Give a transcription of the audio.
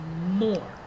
more